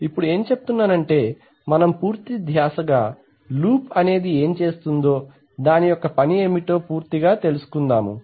ఇప్పుడు ఏం చెప్తున్నాము అంటే మనము పూర్తి ధ్యాసగా లూప్ అనేది ఏం చేస్తుందో దాని యొక్క పని ఏమిటో పూర్తిగా తెలుసుకుందాము